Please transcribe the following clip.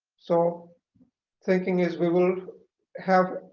so thinking is we will have